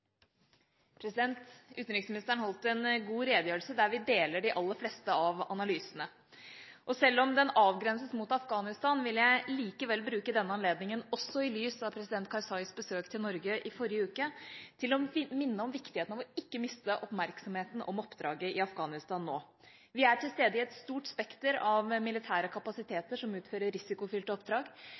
president Karzais besøk til Norge i forrige uke, til å minne om viktigheten av ikke å miste oppmerksomheten om oppdraget i Afghanistan nå. Vi er til stede i et stort spekter av militære kapasiteter som utfører risikofylte oppdrag.